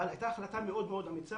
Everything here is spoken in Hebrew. אבל הייתה החלטה מאוד מאוד אמיצה,